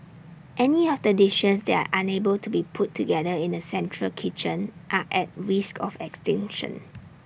any of the dishes that are unable to be put together in A central kitchen are at risk of extinction